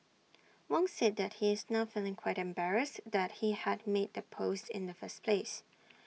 Wong said that he is now feeling quite embarrassed that he had made the post in the first place